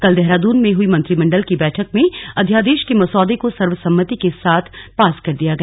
कल देहरादून में हई मंत्रिमण्डल की बैठक में अध्यादेश के मसौदे को सर्वसम्मति से पास कर दिया गया